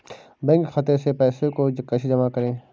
Bank खाते से पैसे को कैसे जमा करें?